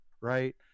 right